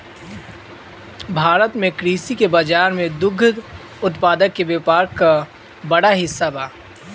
भारत में कृषि के बाजार में दुग्ध उत्पादन के व्यापार क बड़ा हिस्सा बा